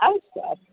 अस्तु अस्तु